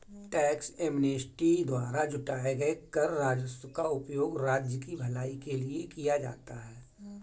tax amnesty द्वारा जुटाए गए कर राजस्व का उपयोग राज्य की भलाई के लिए किया जाता है